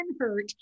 hurt